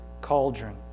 cauldron